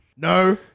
No